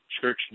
church